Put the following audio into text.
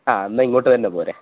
ആ എന്നാല് ഇങ്ങോട്ടു തന്നെ പോരേ